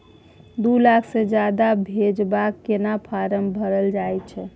दू लाख से ज्यादा भेजबाक केना फारम भरल जाए छै?